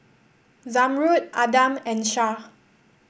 Zamrud Adam and Shah